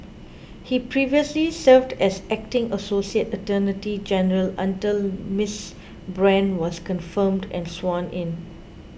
he previously served as acting associate attorney general until Miss Brand was confirmed and sworn in